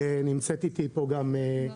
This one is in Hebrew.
גם נמצאת איתי פה מראם